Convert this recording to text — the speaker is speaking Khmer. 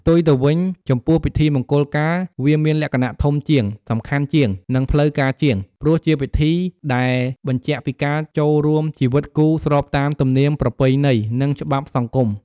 ផ្ទុយទៅវិញ ចំពោះពិធីមង្គលការវាមានលក្ខណៈធំជាង សំខាន់ជាង និងផ្លូវការជាង ព្រោះជាពិធីដែលបញ្ជាក់ពីការចូលរួមជីវិតគូ ស្របតាមទំនៀមប្រពៃណី និងច្បាប់សង្គម។